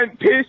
piss